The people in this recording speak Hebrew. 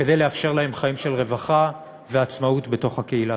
כדי לאפשר להם חיים של רווחה ועצמאות בתוך הקהילה.